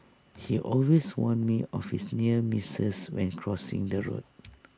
he always warn me of his near misses when crossing the road